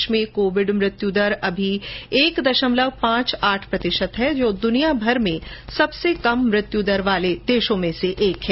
देश में कोविड से मृत्यु दर अभी एक दशमलव पांच आठ प्रतिशत है जो दुनियाभर में सबसे कम मृत्यु दर वाले देशों में से एक है